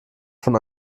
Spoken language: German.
von